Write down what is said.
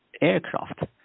aircraft